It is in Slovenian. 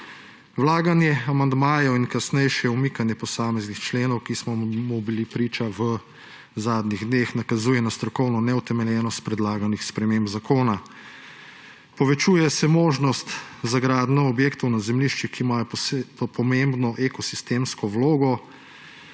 »Vlaganje amandmajev in kasnejše umikanje posameznih členov, ki smo mu bili priča v zadnjih dneh, nakazuje na strokovno neutemeljenost predlaganih sprememb zakona. Povečuje se možnost za gradnjo objektov na zemljiščih, ki imajo pomembno ekosistemsko vlogo.